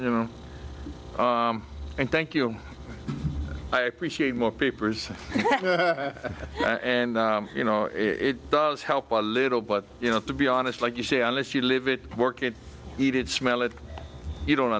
you know and thank you and i appreciate more papers and you know it does help a little but you know to be honest like you say unless you live it work it he did smell it you don't